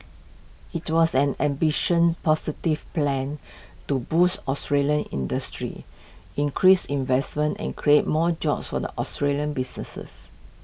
IT was an ambition positive plan to boost Australian industry increase investment and create more jobs for the Australian businesses